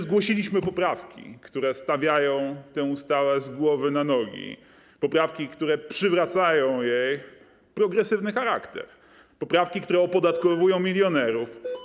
Zgłosiliśmy poprawki, które stawiają tę ustawę z głowy na nogi, poprawki, które przywracają jej progresywny charakter, poprawki, które opodatkowują milionerów.